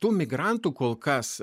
tų migrantų kol kas